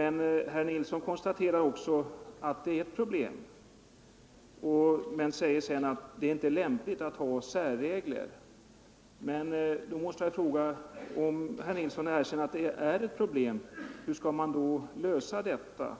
Herr Nilsson i Norrköping konstaterar också att detta är ett problem men säger sedan att det är inte lämpligt att ha särregler. Herr Nilsson erkänner alltså att det är ett problem, och då måste jag fråga: Hur skall man lösa problemet